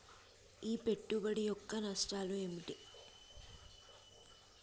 ఈ పెట్టుబడి యొక్క నష్టాలు ఏమిటి?